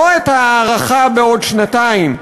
לא את ההארכה בשנתיים,